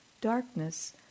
darkness